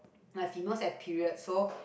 my female is at period so